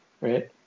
right